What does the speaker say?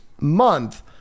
month